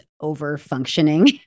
over-functioning